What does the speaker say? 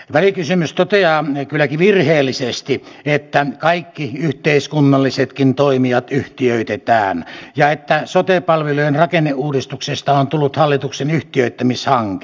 välikysymys toteaa kylläkin virheellisesti että kaikki yhteiskunnallisetkin toimijat yhtiöitetään ja että sote palvelujen rakenneuudistuksesta on tullut hallituksen yhtiöittämishanke